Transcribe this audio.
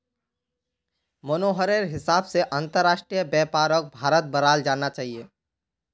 मोहनेर हिसाब से अंतरराष्ट्रीय व्यापारक भारत्त बढ़ाल जाना चाहिए